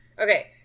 Okay